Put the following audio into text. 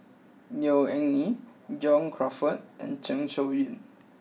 Neo Anngee John Crawfurd and Zeng Shouyin